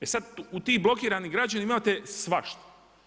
E sad u tim blokiranim građanima imate svašta.